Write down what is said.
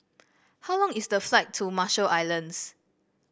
how long is the flight to Marshall Islands